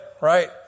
right